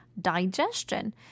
digestion